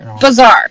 bizarre